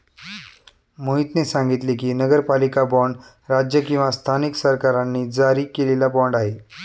मोहितने सांगितले की, नगरपालिका बाँड राज्य किंवा स्थानिक सरकारांनी जारी केलेला बाँड आहे